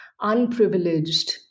unprivileged